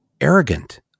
arrogant